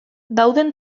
dauden